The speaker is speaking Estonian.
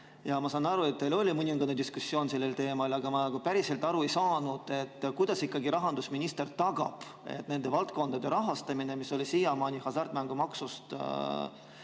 kao. Ma saan aru, et teil oli mõningane diskussioon sellel teemal, aga ma päriselt aru ei saanud, kuidas ikkagi rahandusminister tagab, et nende valdkondade rahastamine, mida rahastati siiamaani hasartmängumaksust